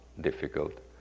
difficult